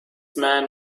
man